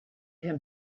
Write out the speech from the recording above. him